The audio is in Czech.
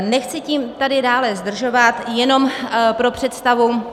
Nechci tím tady dále zdržovat, jenom pro představu.